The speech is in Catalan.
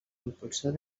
impulsor